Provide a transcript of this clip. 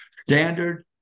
Standard